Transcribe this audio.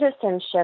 citizenship